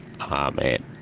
Amen